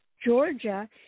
Georgia